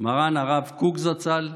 מרן הרב קוק זצ"ל,